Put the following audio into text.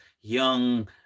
young